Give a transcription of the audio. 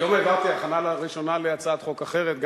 היום העברתי הכנה לראשונה להצעת חוק אחרת,